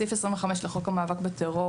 סעיף 25 לחוק המאבק בטרור,